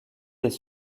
les